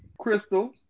Crystal